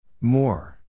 More